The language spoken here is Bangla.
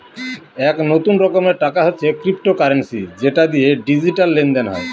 এক নতুন রকমের টাকা হচ্ছে ক্রিপ্টোকারেন্সি যেটা দিয়ে ডিজিটাল লেনদেন হয়